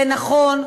זה נכון,